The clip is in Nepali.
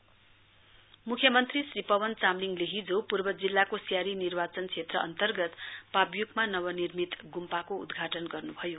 सीएम मुख्यमन्त्री श्री पवन चामलिङले हिजो पूर्व जिल्लाको सियरी निर्वाचन क्षेत्र अन्तर्गत पव्यूकमा नवनिर्मित गुम्पाको उद्घाटन गर्नुभयो